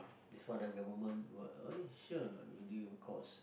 that's what our government w~ eh sure or not renew your course